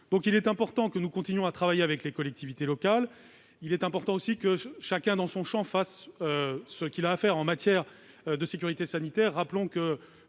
Il est important que nous continuions à travailler avec les collectivités locales ; il est important aussi que chacun, dans son champ de compétences, fasse ce qu'il a à faire en matière de sécurité sanitaire. Rappelons que